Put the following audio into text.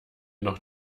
noch